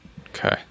Okay